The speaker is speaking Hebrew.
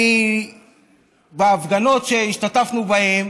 בהפגנות שהשתתפנו בהן,